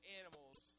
animals